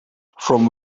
from